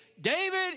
David